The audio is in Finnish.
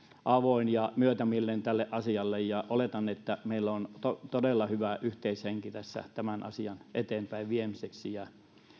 avoin ja myötämielinen tälle asialle ja oletan että meillä on todella hyvä yhteishenki tässä tämän asian eteenpäinviemiseksi ja